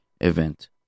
event